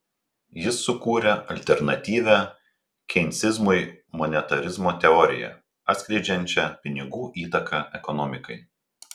jis sukūrė alternatyvią keinsizmui monetarizmo teoriją atskleidžiančią pinigų įtaką ekonomikai